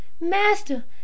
Master